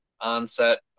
onset